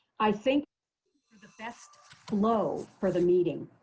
i think for the best flow for the meeting,